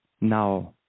now